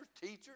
teachers